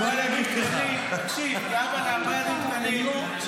אני יכול להגיד לך כאבא לארבעה ילדים קטנים,